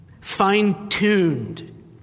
Fine-tuned